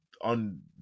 on